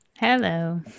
hello